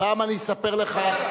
פעם אני אספר לך,